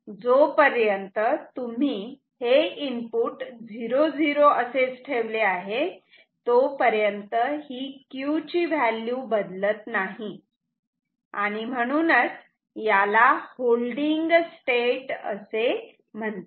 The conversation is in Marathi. जोपर्यंत तुम्ही हे इनपुट 0 0 असेच ठेवले आहे तोपर्यंत ही Q ची व्हॅल्यू बदलत नाही आणि म्हणून याला होल्डिंग स्टेट असे म्हणतात